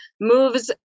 moves